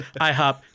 ihop